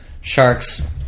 sharks